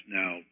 now